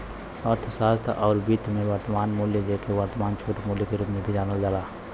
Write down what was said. अर्थशास्त्र आउर वित्त में, वर्तमान मूल्य, जेके वर्तमान छूट मूल्य के रूप में भी जानल जाला